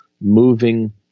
moving